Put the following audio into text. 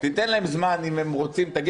תיתן להם זמן אם הם רוצים,